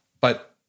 but-